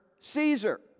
Caesar